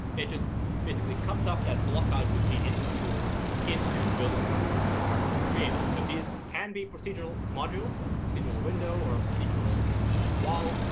it just basically cuts up that block out we feed into the tool into building modules the artist created. so these can be procedural modules, like a procedural window or a procedural wall.